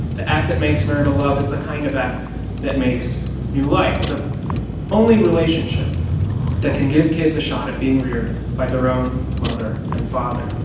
the act that makes marital love is the kind of act that makes new life. the only relationship that can give kids a shot at being reared by their own mother and father.